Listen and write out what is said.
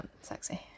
sexy